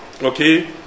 Okay